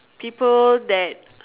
people that